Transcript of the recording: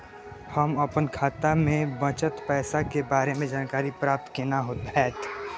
हम अपन खाता में बचल पैसा के बारे में जानकारी प्राप्त केना हैत?